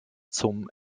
zum